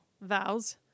vows